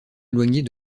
éloignée